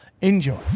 Enjoy